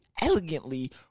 Elegantly